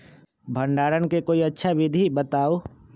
भंडारण के कोई अच्छा विधि बताउ?